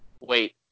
Wait